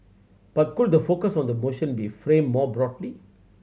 but could the focus on the motion be framed more broadly